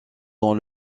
dans